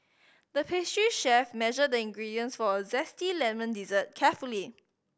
the pastry chef measured the ingredients for a zesty lemon dessert carefully